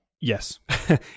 Yes